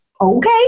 okay